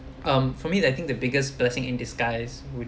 um for me I think the biggest blessing in disguise would